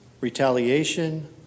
retaliation